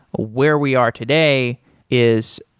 where we are today is,